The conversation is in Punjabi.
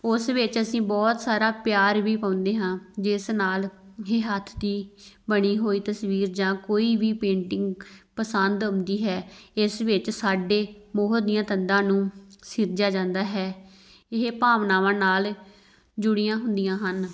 ਉਸ ਵਿੱਚ ਅਸੀਂ ਬਹੁਤ ਸਾਰਾ ਪਿਆਰ ਵੀ ਪਾਉਂਦੇ ਹਾਂ ਜਿਸ ਨਾਲ ਹੀ ਹੱਥ ਦੀ ਬਣੀ ਹੋਈ ਤਸਵੀਰ ਜਾਂ ਕੋਈ ਵੀ ਪੇਂਟਿੰਗ ਪਸੰਦ ਆਉਂਦੀ ਹੈ ਇਸ ਵਿੱਚ ਸਾਡੇ ਮੋਹ ਦੀਆਂ ਤੰਦਾਂ ਨੂੰ ਸਿਰਜਿਆ ਜਾਂਦਾ ਹੈ ਇਹ ਭਾਵਨਾਵਾਂ ਨਾਲ ਜੁੜੀਆਂ ਹੁੰਦੀਆਂ ਹਨ